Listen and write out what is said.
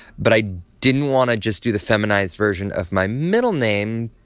but i didn't want to just do the feminized version of my middle name,